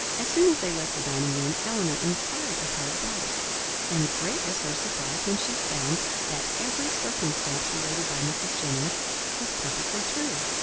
as soon as they left the dining-room, elinor enquired of her about it and great was her surprise when she found that every circumstance related by mrs. jennings was perfectly true.